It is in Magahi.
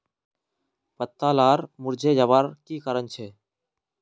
पत्ता लार मुरझे जवार की कारण छे?